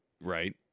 Right